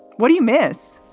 what do you miss?